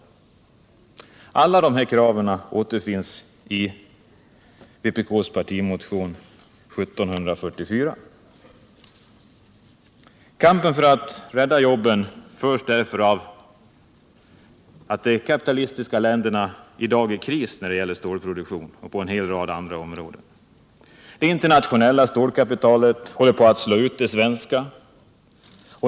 Alla dessa krav återfinns i vpk:s partimotion 1744. Kampen för att rädda jobben förs därför att stålproduktionen i de kapitalistiska länderna är i kris när det gäller stålproduktionen och på en hel rad andra områden. Det internationella stålkapitalet håller på att slå ut det svenska.